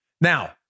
Now